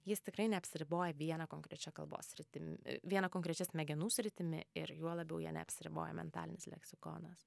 jis tikrai neapsiriboja viena konkrečia kalbos sritim viena konkrečia smegenų sritimi ir juo labiau ja neapsiriboja mentalinis leksikonas